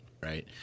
right